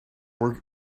work